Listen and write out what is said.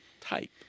type